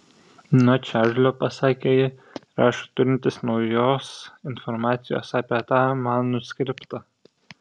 nuo čarlio pasakė ji rašo turintis naujos informacijos apie tą manuskriptą